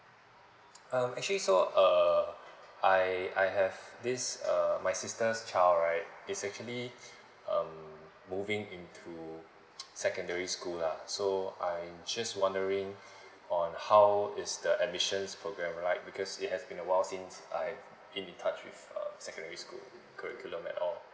um actually so uh I I have this uh my sister's child right it's actually um moving in to secondary school lah so I just wondering on how is the admissions program right because it has been a while since I have in the touch with uh secondary school curriculum at all